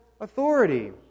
authority